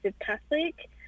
Catholic